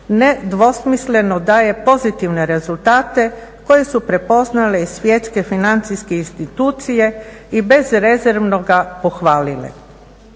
nedvosmisleno daje pozitivne rezultate koje su prepoznale i svjetske financijske institucije i bezrezervno ga pohvalile.